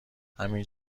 همین